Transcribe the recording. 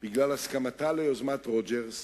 בגלל הסכמתה ליוזמת רוג'רס,